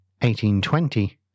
1820